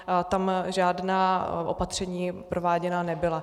A tam žádná opatření prováděna nebyla.